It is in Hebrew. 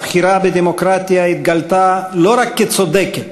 הבחירה בדמוקרטיה התגלתה לא רק כצודקת